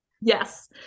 Yes